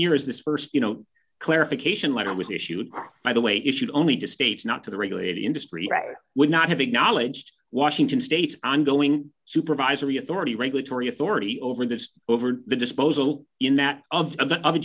year as this st you know clarification letter was issued by the way issued only to states not to the regulated industry would not have acknowledged washington state's ongoing supervisory authority regulatory authority over that over the disposal in that